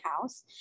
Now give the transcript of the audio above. house